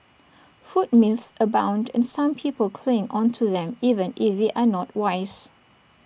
food myths abound and some people cling onto them even if they are not wise